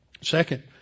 Second